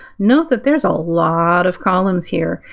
note that there's a lot of columns here.